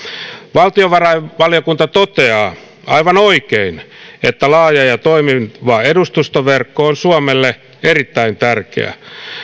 valtiovarainvaliokunta toteaa aivan oikein että laaja ja toimiva edustustoverkko on suomelle erittäin tärkeä